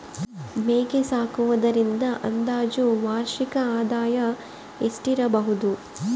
ಮೇಕೆ ಸಾಕುವುದರಿಂದ ಅಂದಾಜು ವಾರ್ಷಿಕ ಆದಾಯ ಎಷ್ಟಿರಬಹುದು?